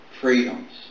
freedoms